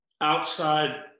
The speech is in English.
outside